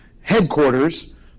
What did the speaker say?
headquarters